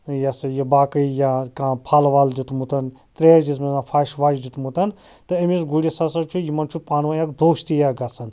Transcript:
یہِ ہَسا یہِ باقٕے یا کانٛہہ پھل ول دیُتمُت ترٛیش دِزمٕژ پھش وَش دیُتمُت تہٕ أمِس گُرِس ہَسا چھُ یمن چھُ پانہٕ وٲنۍ اَکھ دوستی اَکھ گَژھان